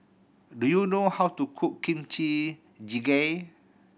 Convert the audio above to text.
do you know how to cook Kimchi Jjigae